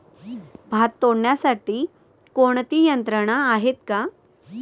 भात तोडण्यासाठी कोणती यंत्रणा आहेत का?